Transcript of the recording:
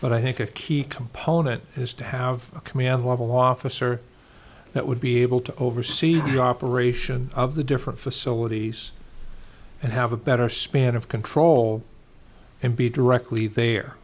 but i think a key component is to have a command level officer that would be able to oversee the operation of the different facilities and have a better span of control and be directly